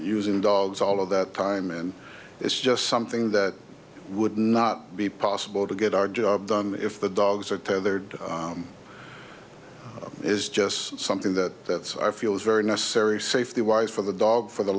using dogs all of that time and it's just something that would not be possible to get our job done if the dogs are tethered is just something that i feel is very necessary safety wise for the dog for the